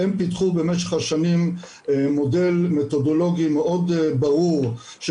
הם פיתחו במשך השנים מודל מתודולוגי מאוד ברור של